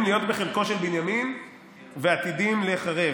להיות בחלקו של בנימין ועתידין ליחרב.